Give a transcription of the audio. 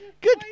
Good